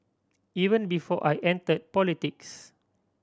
even before I entered politics